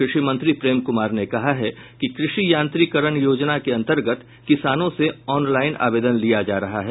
कृषि मंत्री प्रेम कुमार ने कहा है कि कृषि यांत्रिकरण योजना के अंतर्गत किसानों से ऑनलाइन आवेदन लिया जा रहा है